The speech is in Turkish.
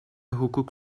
hukuk